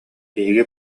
биһиги